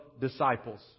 disciples